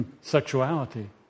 sexuality